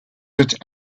that